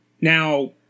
Now